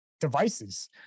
devices